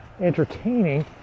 entertaining